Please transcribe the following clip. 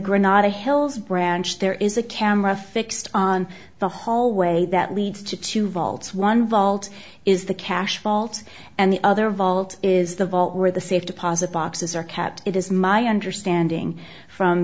granada hills branch there is a camera fixed on the hallway that leads to two vaults one vault is the cash vault and the other vault is the vault where the safe deposit boxes are kept it is my understanding from